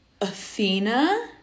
Athena